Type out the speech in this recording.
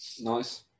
Nice